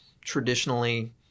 traditionally